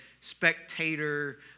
spectator